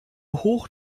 hoch